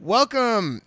Welcome